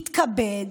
מתכבד,